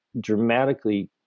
dramatically